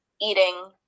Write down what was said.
eating